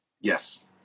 Yes